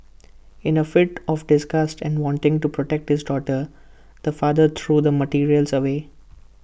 in A fit of disgust and wanting to protect his daughter the father threw the materials away